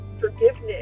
forgiveness